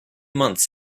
months